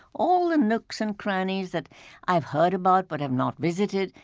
all the nooks and crannies that i've heard about but have not visited,